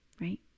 right